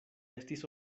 estis